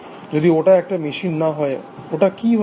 যদি ওটা একটা মেশিন না হয় ওটা কি হতে পারে